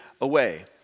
away